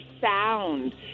sound